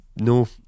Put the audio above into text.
no